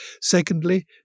Secondly